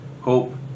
hope